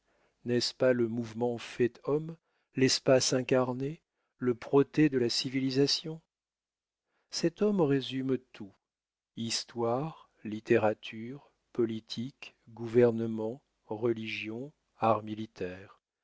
n'est-ce pas le mouvement fait homme l'espace incarné le protée de la civilisation cet homme résume tout histoire littérature politique gouvernement religion art militaire